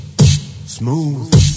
Smooth